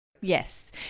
Yes